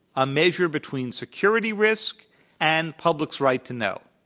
a measure between security risk and public's right to know.